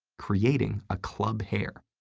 creating a club hair,